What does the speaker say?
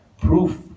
proof